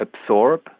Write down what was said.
absorb